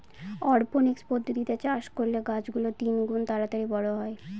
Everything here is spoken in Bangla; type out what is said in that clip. অরপনিক্স পদ্ধতিতে চাষ করলে গাছ গুলো তিনগুন তাড়াতাড়ি বড়ো হয়